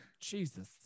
Jesus